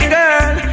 girl